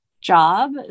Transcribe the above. job